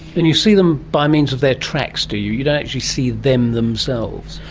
and you see them by means of their tracks, do you, you don't actually see them themselves?